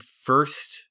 first